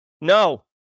no